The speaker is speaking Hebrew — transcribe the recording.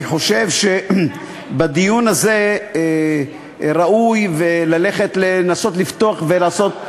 אני חושב שבדיון הזה ראוי ללכת לנסות לפתוח ולעשות,